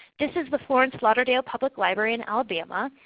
this is the florence lauderdale public library in alabama.